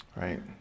Right